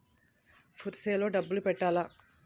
Purse లో డబ్బులు పెట్టలా?